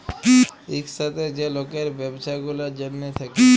ইকসাথে যে লকের ব্যবছা গুলার জ্যনহে থ্যাকে